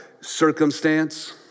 circumstance